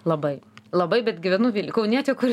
labai labai bet gyvenu kaunietė kuri